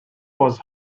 was